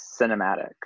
cinematic